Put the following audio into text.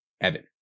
Evan